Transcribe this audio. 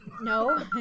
No